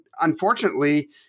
unfortunately